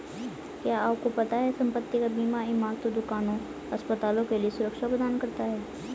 क्या आपको पता है संपत्ति का बीमा इमारतों, दुकानों, अस्पतालों के लिए सुरक्षा प्रदान करता है?